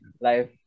life